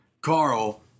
Carl